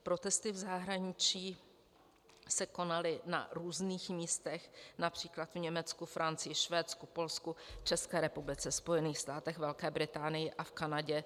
Protesty v zahraničí se konaly na různých místech, například v Německu, Francii, Švédsku, Polsku, České republice, Spojených státech, Velké Británii a v Kanadě.